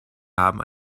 haben